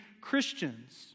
Christians